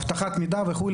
אבטחת מידע וכו'.